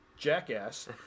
Jackass